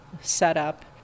setup